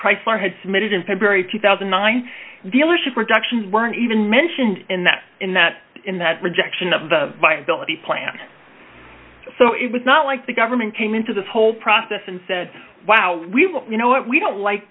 chrysler had submitted in february two thousand and nine dealership productions weren't even mentioned in that in that in that rejection of the viability plan so it was not like the government came into this whole process and said wow we you know what we don't like